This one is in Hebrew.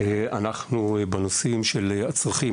בנושאים של הצרכים